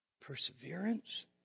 perseverance